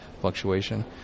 fluctuation